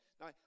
Now